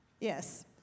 Yes